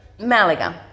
Malaga